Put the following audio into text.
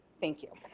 thank you.